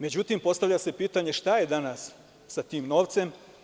Međutim, postavlja se pitanje - šta je danas sa tim novcem?